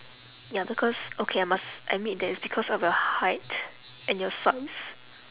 ya because okay I must admit that it's because of your height and your size